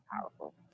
powerful